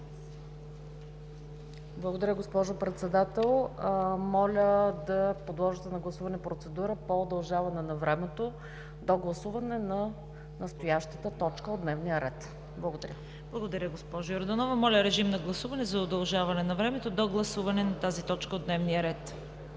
Благодаря, госпожо Председател! Моля да подложите на гласуване процедура за удължаване на времето до гласуване на настоящата точка от дневния ред. Благодаря. ПРЕДСЕДАТЕЛ ЦВЕТА КАРАЯНЧЕВА: Благодаря, госпожо Йорданова. Моля, режим на гласуване за удължаване на времето до гласуване на тази точка от дневния ред.